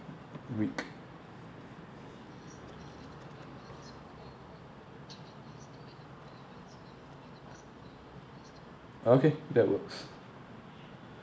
week okay that works